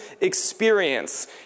experience